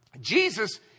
Jesus